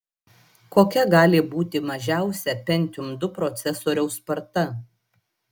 kokia gali būti mažiausia pentium ii procesoriaus sparta